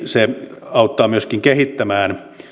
se auttaa myöskin kehittämään